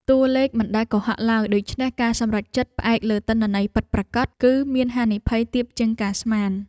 តួលេខមិនដែលកុហកឡើយ ដូច្នេះការសម្រេចចិត្តផ្អែកលើទិន្នន័យពិតប្រាកដ គឺមានហានិភ័យទាបជាងការស្មាន។